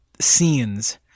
scenes